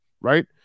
right